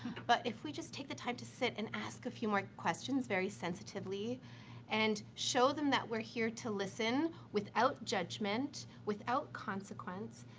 but if we just take the time to sit and ask a few more questions very sensitively and show them that we're here to listen without judgement, without consequence,